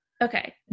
Okay